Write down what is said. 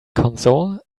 console